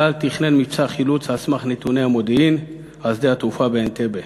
צה"ל תכנן מבצע חילוץ על סמך נתוני המודיעין על שדה התעופה באנטבה.